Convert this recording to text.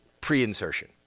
pre-insertion